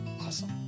awesome